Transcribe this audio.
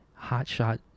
hotshot